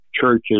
churches